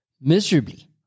miserably